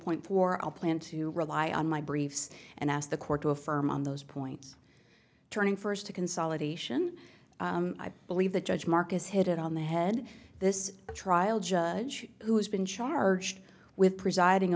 point four i'll plan to rely on my briefs and ask the court to affirm on those points turning first to consolidation i believe that judge marcus hit it on the head this trial judge who has been charged with presiding